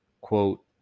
quote